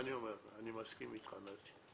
אני אומר לך, אני מסכים איתך, נתי.